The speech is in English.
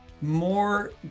more